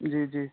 ਜੀ ਜੀ